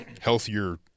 healthier